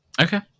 Okay